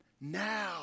Now